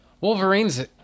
Wolverine's